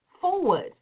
forward